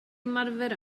ymarfer